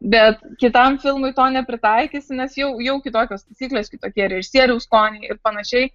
bet kitam filmui to nepritaikysi nes jau jau kitokios taisyklės kitokie režisieriaus skoniai ir panašiai